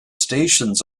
stations